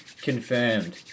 Confirmed